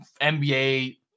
NBA